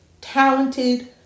talented